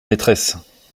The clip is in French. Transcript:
maîtresses